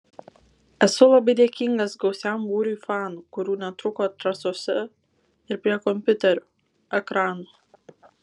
esu labai dėkingas gausiam būriui fanų kurių netrūko trasose ir prie kompiuterių ekranų